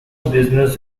business